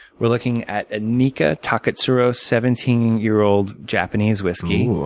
we're looking at ah nikka taketsiru seventeen year old, japanese whisky.